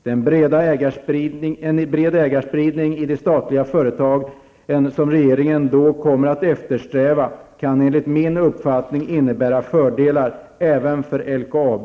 Den breda ägarspridning i de statliga företagen som regeringen då kommer att eftersträva kan enligt min uppfattning innebära fördelar även för LKAB